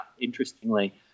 interestingly